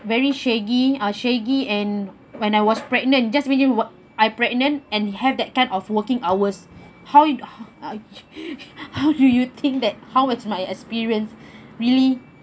very shaggy uh shaggy and when I was pregnant just really what I pregnant and have that kind of working hours how you how do you think that how it's my experience really